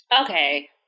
Okay